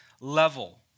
level